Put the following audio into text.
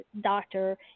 doctor